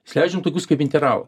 įsileidžiam tokius kaip interavą